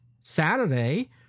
Saturday